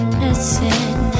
missing